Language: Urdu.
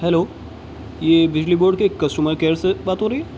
ہیلو یہ بجلی بورڈ کے کسٹومر کیئر سے بات ہو رہی ہے